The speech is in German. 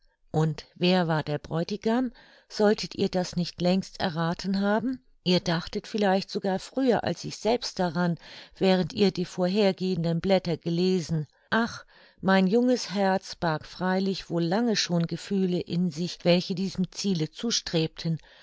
und wer war der bräutigam solltet ihr das nicht längst errathen haben ihr dachtet vielleicht sogar früher als ich selbst daran während ihr die vorhergehenden blätter gelesen ach mein junges herz barg freilich wohl lange schon gefühle in sich welche diesem ziele zustrebten